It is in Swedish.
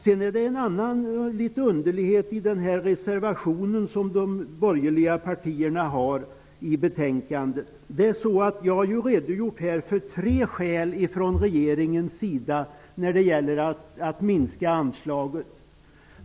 Det finns en annan liten underlighet i reservation 1, som de borgerliga partierna har avgett till betänkandet. Jag har här redogjort för tre skäl från regeringen när det gäller att minska anslaget.